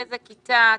איזו כיתה את,